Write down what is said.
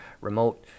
remote